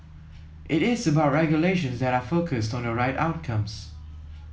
it is about regulations that are focused on the right outcomes